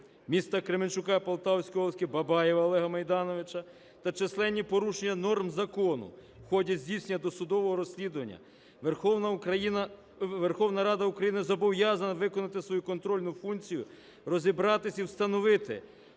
міста Кременчука Полтавської області Бабаєва Олега Мейдановича та численні порушення норм закону в ході здійснення досудового розслідування, Верховна Рада України зобов'язана виконати свою контрольну функцію, розібратися і встановити